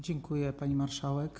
Dziękuję, pani marszałek.